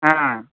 হ্যাঁ